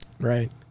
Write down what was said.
Right